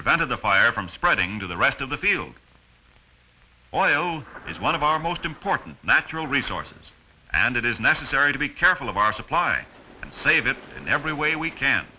prevented the fire from spreading to the rest of the field coil is one of our most important natural resources and it is necessary to be careful of our supply and save it in every way we can